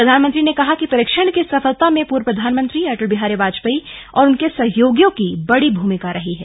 प्रधानमंत्री ने कहा है कि परीक्षण की सफलता में पूर्व प्रधानमंत्री अटल बिहारी वाजपेयी और उनके सहयोगियों की बड़ी भूमिका रही है